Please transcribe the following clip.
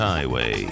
Highway